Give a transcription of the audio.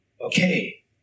okay